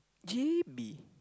J_B